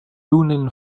rounin